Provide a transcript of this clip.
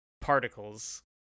particles